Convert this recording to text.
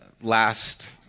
last